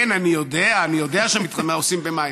כן, אני יודע, אני יודע שעושים במים.